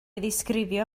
ddisgrifio